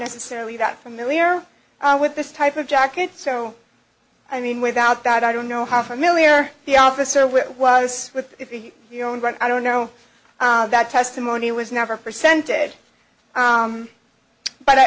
necessarily that familiar with this type of jacket so i mean without that i don't know how familiar the officer which was with your own right i don't know that testimony was never presented but